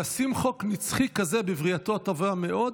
ישים חוק נצחי כזה בבריאתו הטובה מאוד,